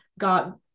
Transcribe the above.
got